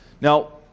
Now